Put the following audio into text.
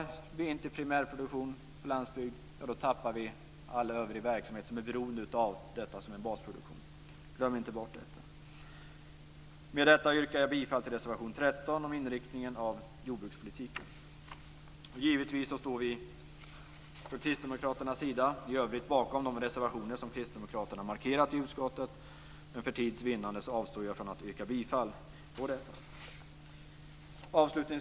Om vi inte har primärproduktion på landsbygden, då förlorar vi all övrig verksamhet som är beroende av detta som en basproduktion. Glöm inte bort detta. Med detta yrkar jag bifall till reservation 13 om inriktningen av jordbrukspolitiken. Givetvis står vi kristdemokrater bakom våra övriga reservationer i betänkandet, men för tids vinnande avstår jag från att yrka bifall till dem. Fru talman!